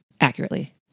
accurately